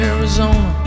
Arizona